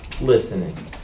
listening